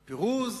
פירוז,